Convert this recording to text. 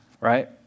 right